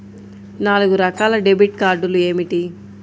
నాలుగు రకాల డెబిట్ కార్డులు ఏమిటి?